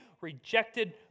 rejected